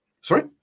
Sorry